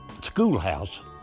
schoolhouse